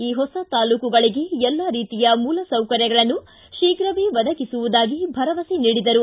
ಈ ಹೊಸ ತಾಲೂಕುಗಳಗೆ ಎಲ್ಲಾ ರೀತಿಯ ಮೂಲಸೌಕರ್ಯಗಳನ್ನು ಶೀಘವೇ ಒದಗಿಸುವುದಾಗಿ ಭರವಸೆ ನೀಡಿದರು